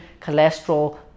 cholesterol